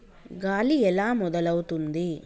గాలి ఎలా మొదలవుతుంది?